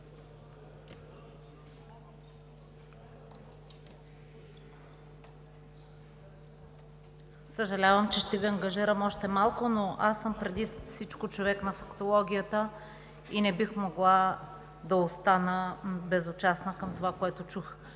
Съжалявам, че ще Ви ангажирам още малко, но аз съм преди всичко човек на фактологията и не бих могла да остана безучастна към това, което чух.